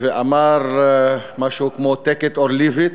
ואמר משהו כמו take it or leave it.